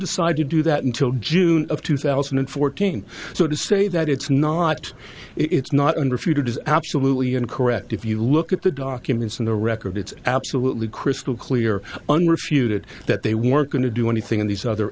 decide to do that until june of two thousand and fourteen so to say that it's not it's not an refuted is absolutely incorrect if you look at the documents in the record it's absolutely crystal clear unrefuted that they weren't going to do anything in these other